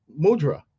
Mudra